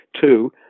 two